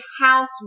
house